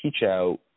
Teachout